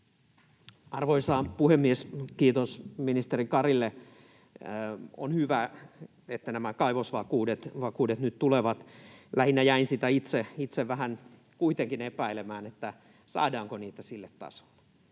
Arvoisa puhemies! Kiitos ministeri Karille. On hyvä, että nämä kaivosvakuudet nyt tulevat. Lähinnä jäin itse kuitenkin vähän epäilemään sitä, saadaanko niitä sille tasolle.